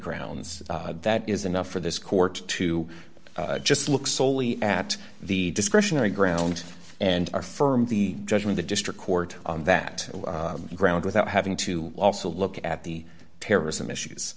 grounds that is enough for this court to just look soley at the discretionary ground and our firm the judgment the district court on that ground without having to also look at the terrorism issues